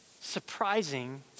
surprising